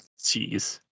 jeez